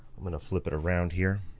i'm gonna flip it around here,